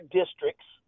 districts